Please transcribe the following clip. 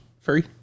free